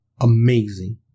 Amazing